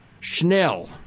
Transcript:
Schnell